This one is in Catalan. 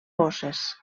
bosses